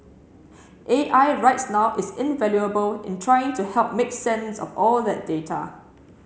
A I rights now is invaluable in trying to help make sense of all that data